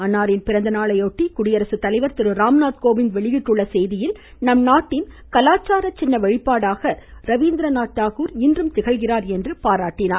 அன்னாரின் பிறந்தநாளையொட்டி குடியரசு தலைவர் திரு ராம்நாத் கோவிந்த் வெளியிட்டுள்ள செய்தியில் நம்நாட்டின் கலாச்சார சின்ன வெளிப்பாடாக ரவீந்திரநாத் இன்றும் திகழ்கிறார் என்று பாராட்டியுள்ளார்